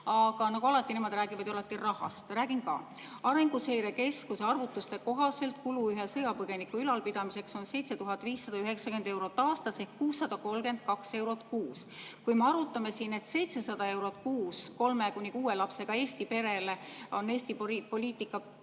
Aga nagu alati, nemad räägivad ju rahast, räägin ka. Arenguseire Keskuse arvutuste kohaselt kulu ühe sõjapõgeniku ülalpidamiseks on 7590 eurot aastas ehk 632 eurot kuus. Kui me arutame siin, et 700 eurot kuus kolme kuni kuue lapsega Eesti perele on Eesti perepoliitika